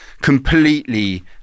completely